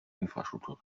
infrastruktur